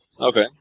Okay